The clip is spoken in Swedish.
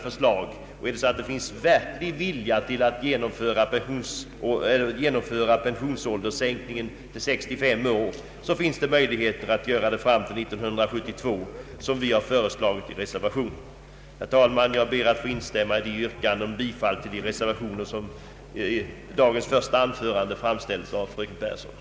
Finns det verklig vilja att genomföra en sänkning av pensionsåldern till 65 år så har man möjligheter att på det sätt vi föreslagit i vår reservation göra detta fram till 1972: Herr talman! Jag ber att få instämma i yrkandet om bifall till de reservationer som fröken Pehrsson angav i dagens första anförande.